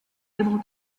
able